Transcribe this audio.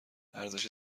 ارزش